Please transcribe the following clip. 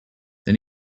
then